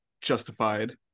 justified